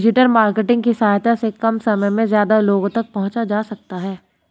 digital marketing की सहायता से कम समय में ज्यादा लोगो तक पंहुचा जा सकता है